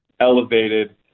elevated